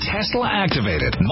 Tesla-activated